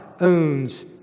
owns